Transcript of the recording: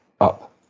up